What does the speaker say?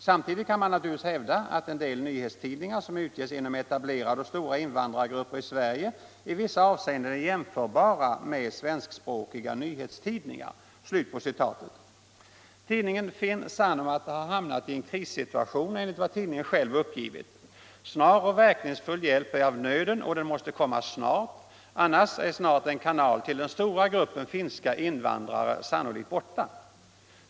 Samtidigt kan man naturligtvis hävda att en del nyhetstidningar som utges inom etablerade och stora invandrargrupper i Sverige i vissa avseenden är jämförbara med svenskspråkiga nyhetstidningar.” Tidningen Finn Sanomat har hamnat i en krissituation, enligt vad tidningen själv uppgivit. Snar och verkningsfull hjälp är av nöden och den måste komma snart, annars är en kanal till den stora gruppen finska invandrare sannolikt borta.